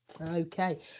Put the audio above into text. Okay